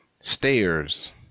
Stairs